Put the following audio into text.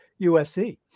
USC